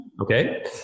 Okay